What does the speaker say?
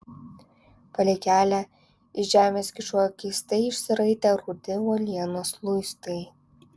palei kelią iš žemės kyšojo keistai išsiraitę rudi uolienos luistai